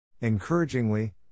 Encouragingly